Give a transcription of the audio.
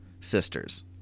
sisters